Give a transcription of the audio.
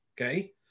Okay